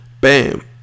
bam